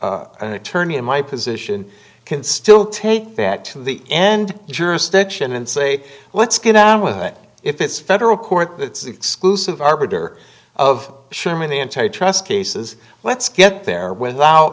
a an attorney in my position can still take that to the end jurisdiction and say let's get on with it if it's federal court that's exclusive arbiter of sherman antitrust cases let's get there without